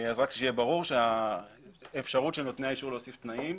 שיהיה ברור שהאפשרות של נותני האישור להוסיף תנאים,